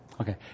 Okay